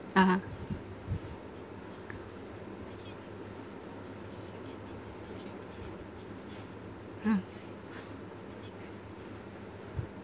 (uh huh) ah